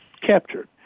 captured